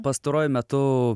pastaruoju metu